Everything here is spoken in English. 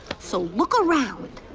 so, look around.